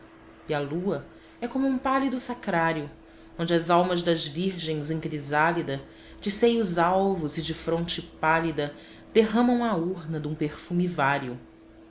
e a lua é como um pálido sacrário onde as almas das virgens em crisálida de seios alvos e de fronte pálida derramam a urna dum perfume vário